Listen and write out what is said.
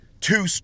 two